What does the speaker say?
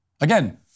Again